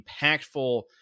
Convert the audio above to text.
impactful